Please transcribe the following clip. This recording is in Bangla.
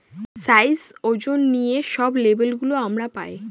সাইজ, ওজন নিয়ে সব লেবেল গুলো আমরা পায়